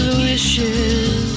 wishes